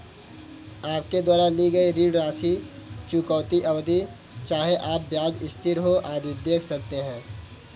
अपने द्वारा ली गई ऋण राशि, चुकौती अवधि, चाहे आपका ब्याज स्थिर हो, आदि देख सकते हैं